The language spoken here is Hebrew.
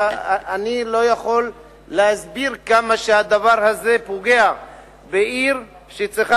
אני לא יכול להסביר כמה הדבר הזה פוגע בעיר שצריכה